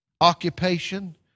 occupation